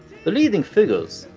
the leading figures,